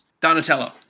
Donatello